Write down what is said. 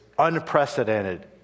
unprecedented